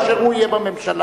כאשר הוא יהיה בממשלה.